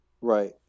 Right